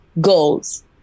goals